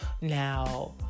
Now